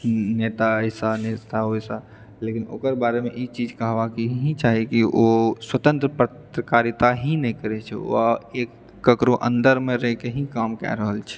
नेता ऐसा नेता वैसा लेकिन ओकर बारेमे ई चीज कहबाक ही चाही कि ओ स्वतंत्र पत्रकारिता ही नहि करैत छै ओ एक ककरो अन्दरमे रहिके ही काम कए रहल छै